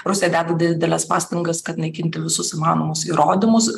rusija deda dideles pastangas kad naikinti visus įmanomus įrodymus